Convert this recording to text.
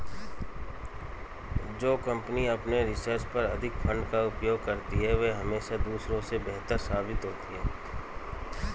जो कंपनी अपने रिसर्च पर अधिक फंड का उपयोग करती है वह हमेशा दूसरों से बेहतर साबित होती है